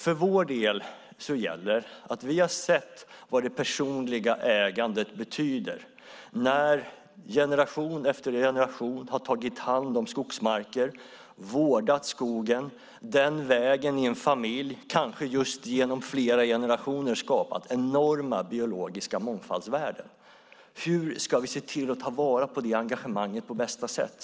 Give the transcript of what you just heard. För vår del gäller att vi har sett vad det personliga ägandet betyder när generation efter generation har tagit hand om skogsmarker, vårdat skogen och den vägen - kanske just genom flera generationer - skapat enorma värden när det gäller biologisk mångfald. Hur ska vi se till att ta vara på detta engagemang på bästa sätt?